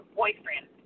boyfriend